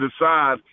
decide